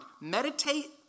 meditate